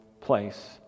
place